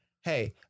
Hey